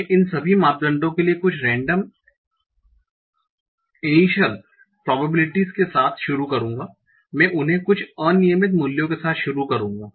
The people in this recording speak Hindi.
मैं इन सभी मापदंडों के लिए कुछ रेंडम इनिशल प्रोबेबिलिटीएस के साथ शुरू करूंगा मैं उन्हें कुछ अनियमित मूल्यों के साथ शुरू करूंगा